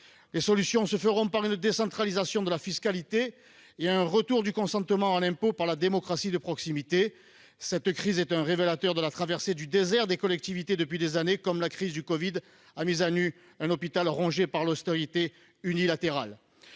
Les solutions se trouveront dans une décentralisation de la fiscalité et dans un retour du consentement à l'impôt par la démocratie de proximité. Cette crise est un révélateur de la traversée du désert des collectivités depuis des années, comme la crise du covid-19 a mis à nu un hôpital rongé par l'austérité unilatérale.